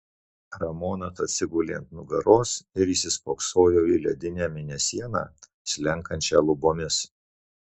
ramonas atsigulė ant nugaros ir įsispoksojo į ledinę mėnesieną slenkančią lubomis